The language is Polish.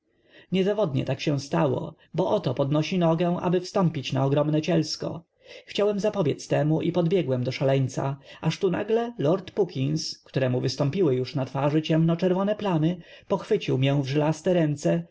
niezawodnie tak się stało bo oto podnosi nogę aby wstąpić na ogromne cielsko chciałem zapobiedz temu i podbiegłem do szaleńca aż tu nagle lord puckins któremu wystąpiły już na twarzy ciemnoczerwone plamy pochwycił mię w żylaste ręce